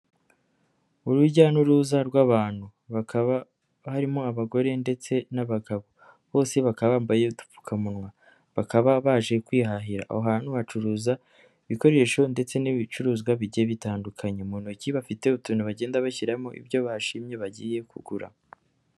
Urujya n'uruza rw'abantu, bakaba barimo abagore ndetse n'abagabo, bose bakaba bambaye udupfukamunwa, bakaba baje kwihahira, aho hantu hacuruza ibikoresho ndetse n'ibicuruzwa bigiye bitandukanye, mu ntoki bafite utuntu bagenda bashyiramo ibyo bashimye bagiye kugura.